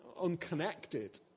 unconnected